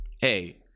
hey